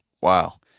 wow